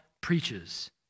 preaches